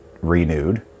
renewed